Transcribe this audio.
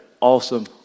awesome